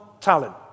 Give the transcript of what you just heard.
talent